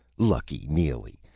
lucky neely!